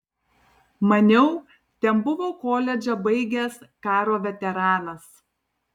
maniau ten buvo koledžą baigęs karo veteranas